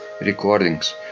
recordings